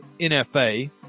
NFA